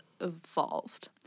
evolved